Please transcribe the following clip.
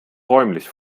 räumlich